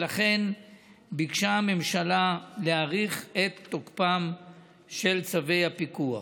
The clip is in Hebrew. ולכן ביקשה הממשלה להאריך את תוקפם של צווי הפיקוח.